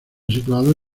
situados